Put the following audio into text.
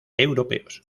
europeos